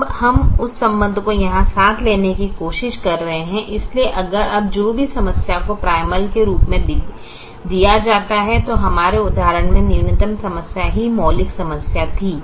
अब हम उस संबंध को यहाँ साथ लेने की कोशिश कर रहे हैं इसलिए अगर अब जो भी समस्या को प्राइमल के रूप में दिया जाता है तो हमारे उदाहरण में न्यूनतम समस्या ही मौलिक समस्या थी